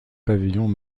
pavillons